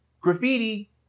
graffiti